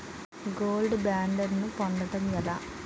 Gold బ్యాండ్లను పొందటం ఎలా?